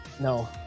No